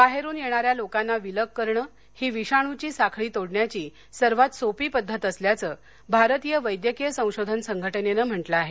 बाहेरुन येणाऱ्या लोकांना विलग करणे ही विषाणूची साखळी तोडण्याची सर्वात सोपी पद्धत असल्याचं भारतीय वैद्यकीय संशोधन संघटनेनं म्हटलं आहे